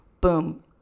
boom